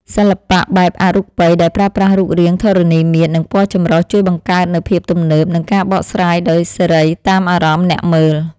សិល្បៈបែបអរូបី ដែលប្រើប្រាស់រូបរាងធរណីមាត្រ និងពណ៌ចម្រុះ ជួយបង្កើតនូវភាពទំនើប និងការបកស្រាយដោយសេរីតាមអារម្មណ៍អ្នកមើល។